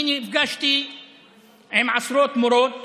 אני נפגשתי עם עשרות מורות